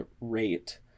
rate